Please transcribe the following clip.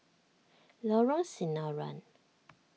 Lorong Sinaran